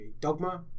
Dogma